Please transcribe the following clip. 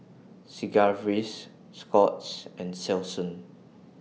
Sigvaris Scott's and Selsun